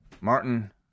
martin